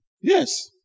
Yes